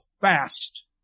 fast